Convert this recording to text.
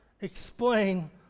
explain